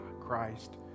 Christ